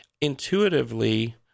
intuitively